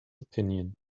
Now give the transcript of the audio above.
opinion